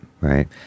Right